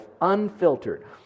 unfiltered